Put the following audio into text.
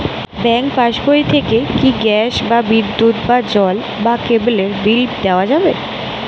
Bank পাশবই থেকে কি গ্যাস বা বিদ্যুৎ বা জল বা কেবেলর বিল দেওয়া যাবে?